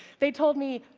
they told me,